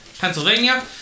Pennsylvania